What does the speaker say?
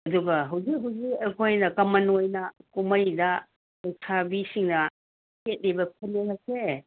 ꯑꯗꯨꯒ ꯍꯧꯖꯤꯛ ꯍꯧꯖꯤꯛ ꯑꯩꯈꯣꯏꯅ ꯀꯃꯟ ꯑꯣꯏꯅ ꯀꯨꯝꯍꯩꯗ ꯂꯩꯁꯥꯕꯤꯁꯤꯡꯅ ꯁꯦꯠꯂꯤꯕ ꯐꯅꯦꯛ ꯑꯁꯦ